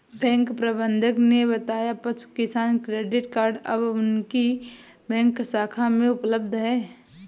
bank प्रबंधक ने बताया पशु किसान क्रेडिट कार्ड अब उनकी बैंक शाखा में उपलब्ध है